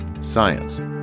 science